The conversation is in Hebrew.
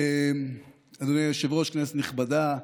אדוני היושב-ראש, כנסת נכבדה,